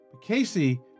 Casey